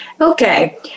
okay